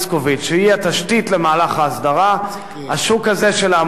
השוק הזה של העמותות מקיף כ-300 מיליון שקל,